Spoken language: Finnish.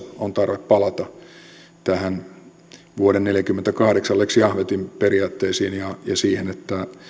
on tarve palata näihin vuoden neljäkymmentäkahdeksan lex jahvetin periaatteisiin ja ja siihen että